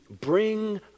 bring